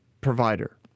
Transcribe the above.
provider